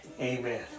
Amen